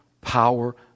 power